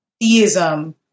theism